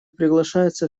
приглашаются